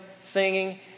singing